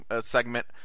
segment